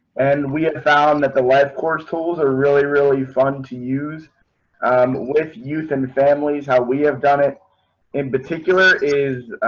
and we found that the life course tools are really, really fun to use and with youth and families, how we have done it in particular is